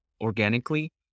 organically